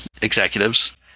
executives